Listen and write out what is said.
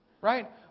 right